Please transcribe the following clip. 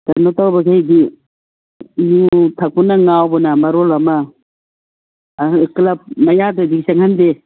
ꯀꯩꯅꯣꯇꯧꯕꯉꯩꯗꯤ ꯌꯨꯊꯛꯄꯅ ꯉꯥꯎꯕꯅ ꯃꯔꯣꯟ ꯑꯃ ꯀ꯭ꯂꯕ ꯃꯌꯥꯗꯗꯤ ꯆꯪꯍꯟꯗꯦ